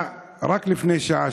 רק לפני שעה,